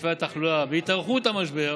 בהיקפי התחלואה והתארכות המשבר